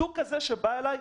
זוג כזה שבא אליי,